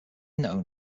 known